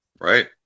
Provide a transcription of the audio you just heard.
Right